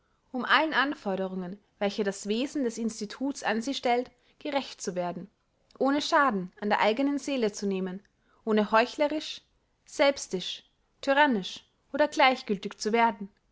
um allen anforderungen welche das wesen des instituts an sie stellt gerecht zu werden ohne schaden an der eignen seele zu nehmen ohne heuchlerisch selbstisch tyrannisch oder gleichgültig zu werden